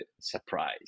surprise